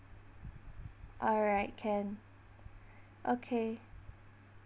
alright can okay